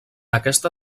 aquesta